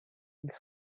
ils